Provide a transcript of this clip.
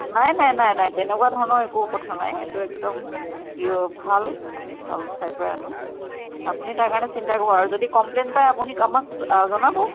নাই নাই নাই নাই তেনেকুৱা ধৰণৰ একো কথা নাই এইটো একদম পিয়ৰ ভাল আমি ভাল ঠাইৰ পৰাই আনোঁ আপুনি তাৰ কাৰণে চিন্তা নকৰিব আৰু যদি কম্প্লেইণ্ট পায় আপুনি আমাক আ জনাব